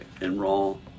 enroll